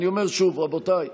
אני אומר שוב, רבותיי: